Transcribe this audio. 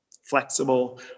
Flexible